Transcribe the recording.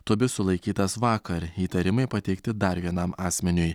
tubis sulaikytas vakar įtarimai pateikti dar vienam asmeniui